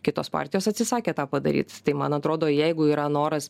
kitos partijos atsisakė tą padaryt tai man atrodo jeigu yra noras